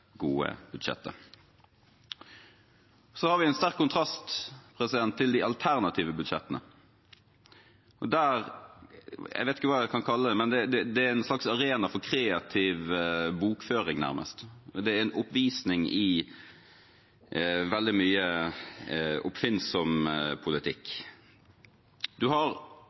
gode budsjettet. Så har vi en sterk kontrast til de alternative budsjettene. Jeg vet ikke hva jeg skal kalle dem, men de er nærmest en slags arena for kreativ bokføring. De er en oppvisning i veldig mye oppfinnsom politikk. De alternative budsjettene deler seg stort sett i to. En har